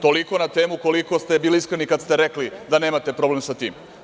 Toliko na temu koliko ste bili iskreni kada ste rekli da nemate problem sa time.